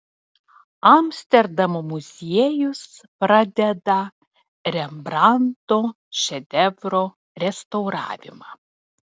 amsterdamo muziejus pradeda rembrandto šedevro restauravimą